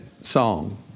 song